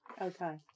Okay